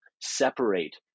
separate